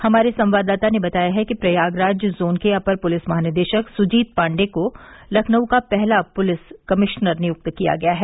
हमारे संवाददाता ने बताया है कि प्रयागराज जोन के अपर पुलिस महानिदेशक सुजीत पाण्डेय को लखनऊ का पहला पुलिस कमिश्नर नियुक्त किया गया है